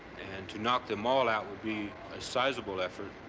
and to knock them all out would be a sizable effort,